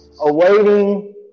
awaiting